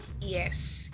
yes